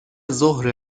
زهره